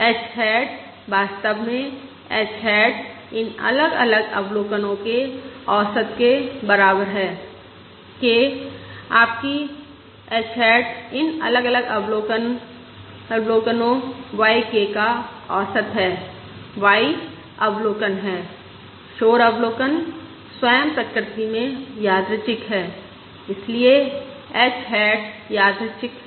h hat वास्तव में h hat इन अलग अलग अवलोकनो के औसत के बराबर है k आपकी h हैट इन अलग अलग अवलोकनो Y k का औसत है Y अवलोकन है शोर अवलोकन स्वयं प्रकृति में यादृच्छिक हैं इसलिए h हैट यादृच्छिक है